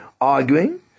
arguing